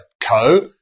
co